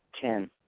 Ten